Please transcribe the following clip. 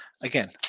Again